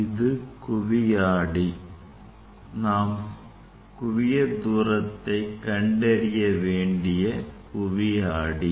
இது குவி ஆடி நாம் குவியத் தூரத்தை கண்டறிய வேண்டிய குவி ஆடி இதுதான்